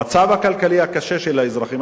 במצב הכלכלי הקשה של האזרחים,